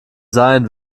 sein